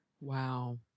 wow